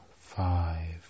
five